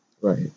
Right